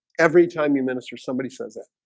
every time you minister. somebody says it